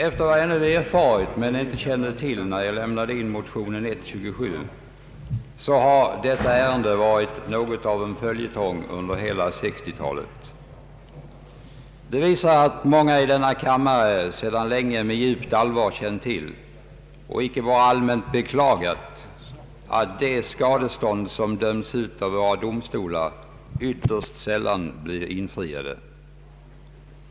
Efter vad jag nu erfarit, men inte kände till när jag väckte motionen I: 27, har detta ärende varit något av en följetong under hela 1960-talet. Det visar att många i denna kammare sedan länge med djupt allvar har känt till och icke bara allmänt beklagat att de skadestånd som döms ut av våra domstolar ytterst sällan blir infriade.